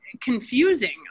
confusing